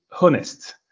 honest